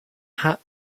hat